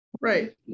Right